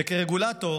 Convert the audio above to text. שכרגולטור